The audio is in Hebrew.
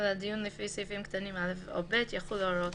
(ג)על דיון לפי סעיפים קטנים (א) או (ב) יחולו הוראות